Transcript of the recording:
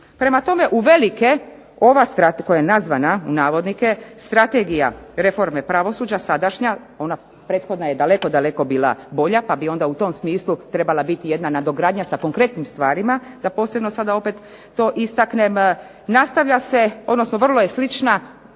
Prema tome, uvelike ova strategija koja je nazvana "strategija reforme pravosuđa" sadašnja, ona prethodna je bila daleko bolja, pa bi u tom smislu trebala biti jedna nadogradnja sa konkretnim stvarima, da posebno to sada istaknem, nastavlja se odnosno vrlo je slična